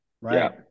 right